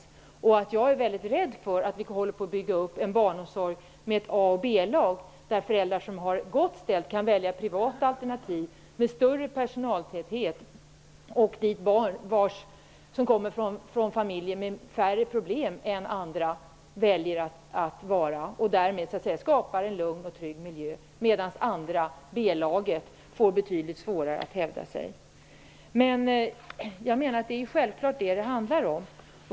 Som jag sade är jag rädd för att vi håller på att bygga upp en barnomsorg med ett A och ett B-lag: Föräldrar som har det gott ställt kan välja privata alternativ som har större personaltäthet och som har barn från familjer med färre problem än andra och som därmed kan ge en lugn och trygg miljö, medan B-laget får betydligt svårare att hävda sina intressen. Det är självfallet det som det handlar om.